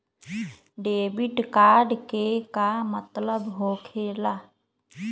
Debit card के का मतलब होकेला?